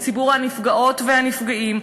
את ציבור הנפגעות והנפגעים,